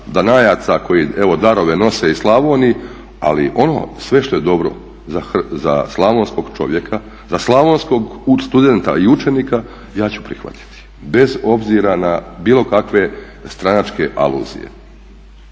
Danajaca koji evo darove nose i Slavoniji, ali ono sve što je dobro za slavonskog čovjeka, za slavonskog studenta i učenika ja ću prihvatiti, bez obzira na bilo kakve stranačke aluzije